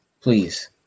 Please